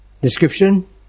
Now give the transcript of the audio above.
description